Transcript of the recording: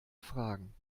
fragen